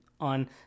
on